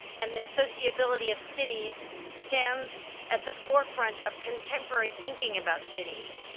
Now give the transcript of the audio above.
and the sociability of cities stands at the forefront of contemporary thinking about cities.